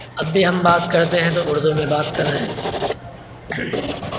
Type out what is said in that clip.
اب بھی ہم بات کرتے ہیں تو اردو میں بات کر رہے ہیں